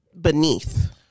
beneath